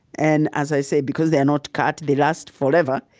and, as i say, because they are not cut, they last forever.